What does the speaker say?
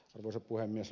arvoisa puhemies